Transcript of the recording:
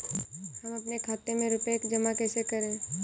हम अपने खाते में रुपए जमा कैसे करें?